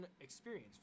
experience